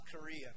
Korea